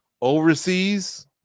overseas